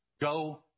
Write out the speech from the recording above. Go